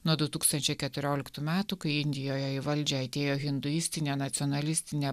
nuo du tūkstančiai keturioliktų metų kai indijoje į valdžią atėjo hinduistinė nacionalistinė